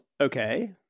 Okay